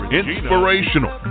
inspirational